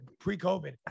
pre-COVID